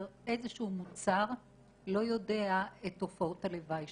איזה מוצר לא יודע את תופעות הלוואי שלו.